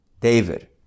David